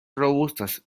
robustas